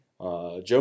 Joe